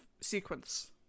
sequence